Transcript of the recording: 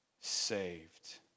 saved